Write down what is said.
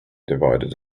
divided